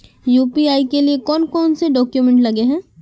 UPI के लिए कौन कौन से डॉक्यूमेंट लगे है?